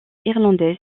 irlandaise